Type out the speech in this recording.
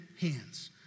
hands